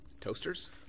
Toasters